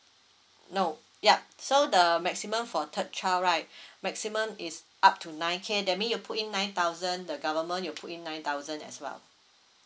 no yup so the maximum for third child right maximum is up to nine K that mean you put in nine thousand the government will put in nine thousand as well